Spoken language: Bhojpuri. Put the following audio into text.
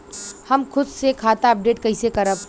हम खुद से खाता अपडेट कइसे करब?